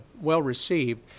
well-received